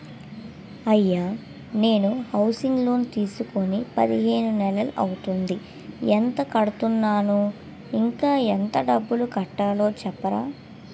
అయ్యా నేను housing loan తీసుకొని పదిహేను నెలలు అవుతోందిఎంత కడుతున్నాను, ఇంకా ఎంత డబ్బు కట్టలో చెప్తారా?